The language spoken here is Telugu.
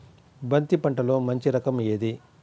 బంతి పంటలో మంచి రకం ఏది?